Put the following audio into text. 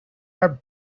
our